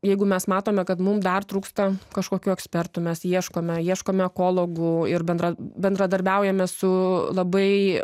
jeigu mes matome kad mum dar trūksta kažkokių ekspertų mes ieškome ieškome ekologų ir bendra bendradarbiaujame su labai